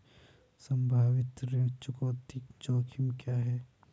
संभावित ऋण चुकौती जोखिम क्या हैं?